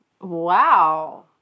Wow